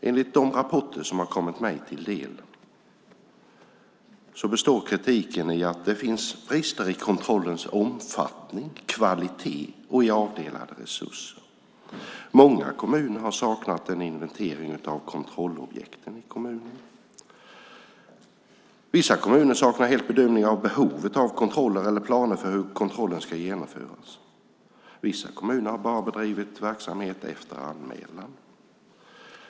Enligt de rapporter som har kommit mig till del består kritiken i att det finns brister i kontrollens omfattning, kvalitet och i avdelade resurser. Många kommuner har saknat en inventering av kontrollobjekt i kommunen. Vissa kommuner saknar helt bedömning av behovet av kontroller eller planer för hur kontrollen ska genomföras. Vissa kommuner har bara bedrivit verksamhet efter anmälan.